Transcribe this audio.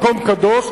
מקום קדוש,